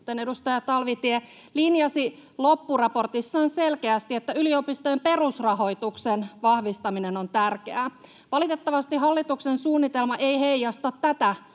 edustaja Talvitie, linjasi loppuraportissaan selkeästi, että yliopistojen perusrahoituksen vahvistaminen on tärkeää. Valitettavasti hallituksen suunnitelma ei heijasta tätä